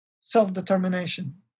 self-determination